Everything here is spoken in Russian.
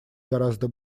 гораздо